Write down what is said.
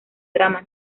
drama